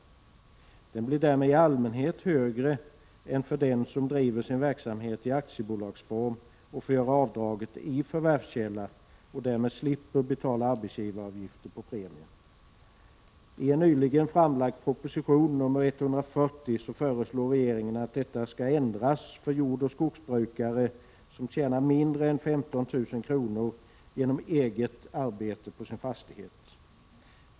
Kostnaderna blir därmed i allmänhet högre än för den som driver sin verksamhet i aktiebolagsform och får göra avdraget i förvärvskällan och därmed slipper betala arbetsgivaravgift på premierna. I en nyligen framlagd proposition, nr 140, föreslår regeringen att detta skall ändras för jordoch skogsbrukare som tjänar mindre än 15 000 kr. genom eget arbete på sin fastighet.